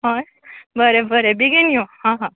हय बरें बरें बेगीन यो हां हां